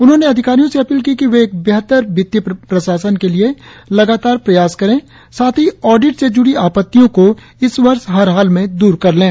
उन्होंने अधिकारियों से अपील की कि वे एक बेहतर वित्तीय प्रशासन के लिए लगातार प्रयास केरें साथ ही ऑडिट से जुड़ी आपत्तियों को इस वर्ष हर हाल में दूर कर लें